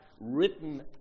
written